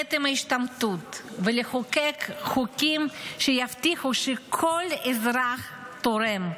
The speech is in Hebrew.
להתעמת עם ההשתמטות ולחוקק חוקים שיבטיחו שכל אזרח תורם,